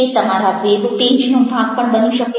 તે તમારા web page નો ભાગ પણ બની શકે